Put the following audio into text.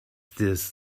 this